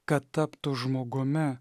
kad taptų žmogumi